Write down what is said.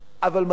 אבל מדוע,